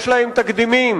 יש להם תקדימים,